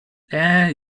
eee